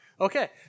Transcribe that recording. Okay